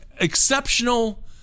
exceptional